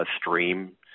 stream